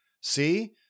See